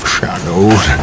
Shadows